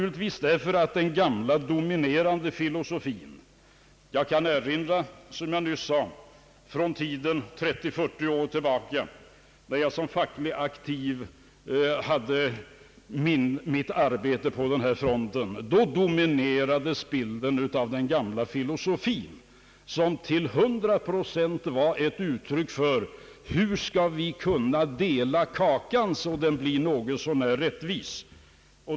Jag kan erinra om, som jag nyss sade, tiden för 30—40 år sedan, då jag som fackligt aktiv hade mitt arbete på denna front. Då dominerades bilden av den gamla filosofin, som till hundra procent var ett uttryck för: hur skall vi kunna dela kakan, så att fördelningen blir något så när rättvis?